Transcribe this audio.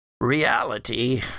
reality